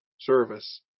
service